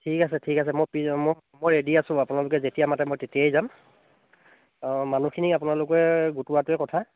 ঠিক আছে ঠিক আছে মই পি মই মই ৰেডি আছোঁ আপোনালোকে যেতিয়া মাতে মই তেতিয়াই যাম অঁ মানুহখিনিক আপোনালোকে গোটোৱাটোৱে কথা